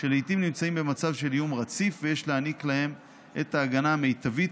שלעיתים נמצאים במצב של איום רציף ויש להעניק להם את ההגנה המיטבית,